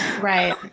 Right